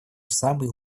самый